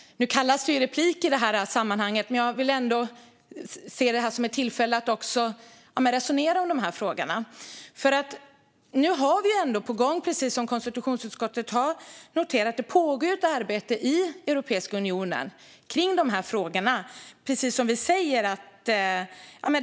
Nu kallas detta för en replik, men jag vill ändå se det som ett tillfälle att resonera om de här frågorna. Det pågår ju, precis som konstitutionsutskottet har noterat, ett arbete i Europeiska unionen om de här frågorna.